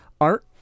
art